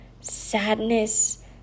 sadness